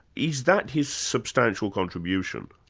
is that his substantial contribution?